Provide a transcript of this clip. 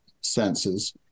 senses